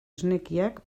esnekiak